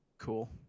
cool